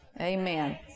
amen